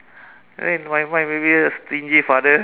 I mean in my mind maybe a stingy father